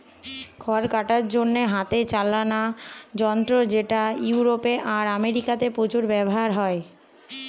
খড় কাটার জন্যে হাতে চালানা যন্ত্র যেটা ইউরোপে আর আমেরিকাতে প্রচুর ব্যাভার হয়